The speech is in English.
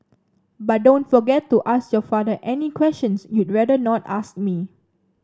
but don't forget to ask your father any questions you'd rather not ask me